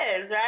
right